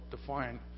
define